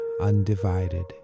undivided